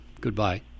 Goodbye